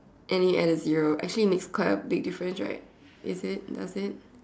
and you add a zero actually it makes quite a big difference right is it does it